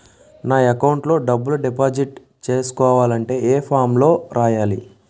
నా అకౌంట్ లో డబ్బులు డిపాజిట్ చేసుకోవాలంటే ఏ ఫామ్ లో రాయాలి?